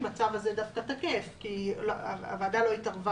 הצו הזה דווקא תקף כי הוועדה לא התערבה